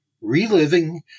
Reliving